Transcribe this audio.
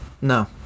No